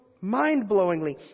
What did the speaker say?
mind-blowingly